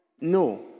No